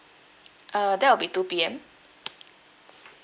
uh that will be two P_M